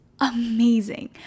amazing